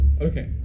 Okay